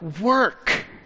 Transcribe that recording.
work